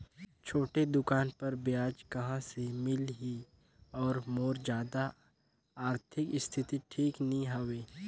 छोटे दुकान बर ब्याज कहा से मिल ही और मोर जादा आरथिक स्थिति ठीक नी हवे?